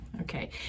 Okay